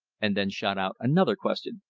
and then shot out another question.